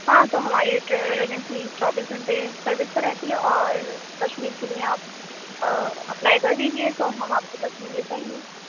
ہاں تو ہماری ٹریول ایجنسی چوبیس گھنٹے سروس پر رہتی ہے اور کشمیر کے لیے آپ اپلائی کر دیجیے تو ہم آپ کو کشمیر لے جائیں گے